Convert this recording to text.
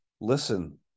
listen